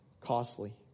costly